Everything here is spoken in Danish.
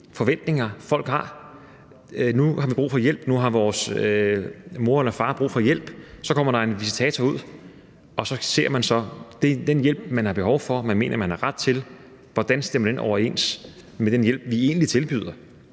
forventninger, folk har: Nu har vi brug for hjælp, nu har vores mor eller far brug for hjælp. Så kommer der en visitator ud, og så ser man, hvordan den hjælp, man har behov for, og som man mener at man har ret til, stemmer overens med den hjælp, vi egentlig tilbyder.